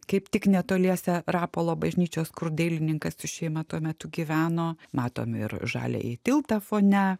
kaip tik netoliese rapolo bažnyčios kur dailininkas su šeima tuo metu gyveno matom ir žaliąjį tiltą fone